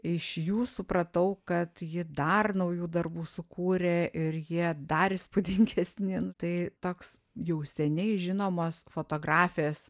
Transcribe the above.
iš jų supratau kad ji dar naujų darbų sukūrė ir jie dar įspūdingesni nu tai toks jau seniai žinomas fotografės